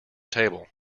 table